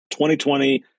2020